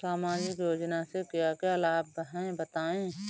सामाजिक योजना से क्या क्या लाभ हैं बताएँ?